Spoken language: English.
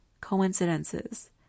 coincidences